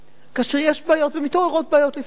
כאשר יש בעיות, ומתעוררות בעיות לפעמים?